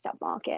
submarket